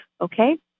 okay